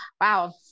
wow